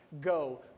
Go